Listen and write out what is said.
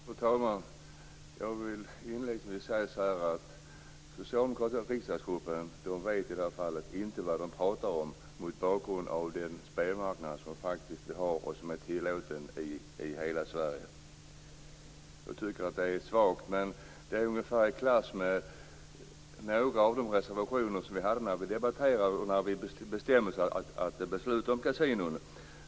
Fru talman! Jag vill inledningsvis säga att den socialdemokratiska riksdagsgruppen i det här fallet inte vet vad den talar om mot bakgrund av den spelmarknad som vi faktiskt har och som är tillåten i hela Sverige. Jag tycker att det är svagt. Det är ungefär i klass med några av de reservationer som vi hade när vi debatterade och beslutade om kasinon.